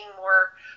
more